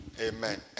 Amen